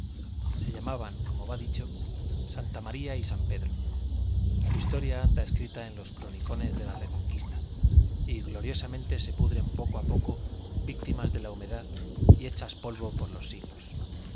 se llamaban como va dicho santa maría y san pedro su historia anda escrita en los cronicones de la reconquista y gloriosamente se pudren poco a poco víctimas de la humedad y hechas polvo por los siglos